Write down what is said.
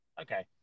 Okay